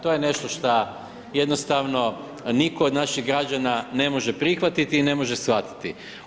To je nešto šta jednostavno nitko od naših građana ne može prihvatiti i ne može shvatiti.